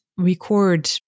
Record